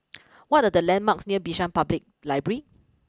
what are the landmarks near Bishan Public library